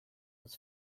los